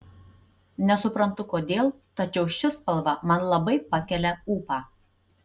nesuprantu kodėl tačiau ši spalva man labai pakelia ūpą